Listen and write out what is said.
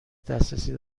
دسترسی